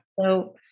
So-